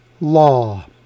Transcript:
Law